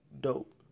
dope